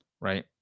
right